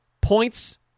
points